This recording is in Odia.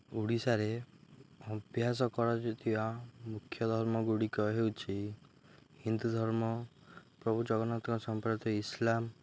ଓଡ଼ିଶାରେ ଅଭ୍ୟାସ କରାଯାଉଥିବା ମୁଖ୍ୟ ଧର୍ମଗୁଡ଼ିକ ହେଉଛିି ହିନ୍ଦୁ ଧର୍ମ ପ୍ରଭୁ ଜଗନ୍ନାଥଙ୍କ ଇସ୍ଲାମ୍